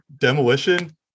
Demolition